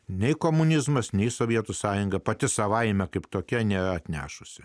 nei komunizmas nei sovietų sąjunga pati savaime kaip tokia neatnešusi